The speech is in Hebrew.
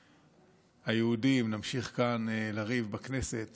היהודים, נמשיך כאן לריב בכנסת